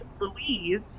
Louise